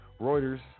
Reuters